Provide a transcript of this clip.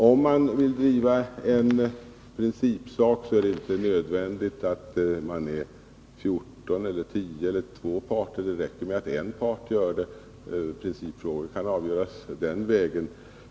Om man vill driva en principsak är det inte nödvändigt att man är 14 eller 10 eller 2 parter, utan det räcker med att en part gör det. Principfrågor kan avgöras den vägen.